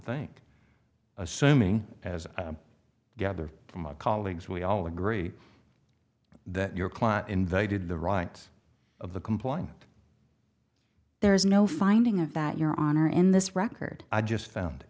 think assuming as i gather from my colleagues we all agree that your client invaded the rights of the complainant there is no finding of that your honor in this record i just found